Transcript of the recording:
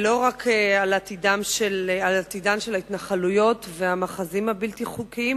ולא רק על עתידם של ההתנחלויות והמאחזים הבלתי-חוקיים.